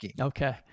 Okay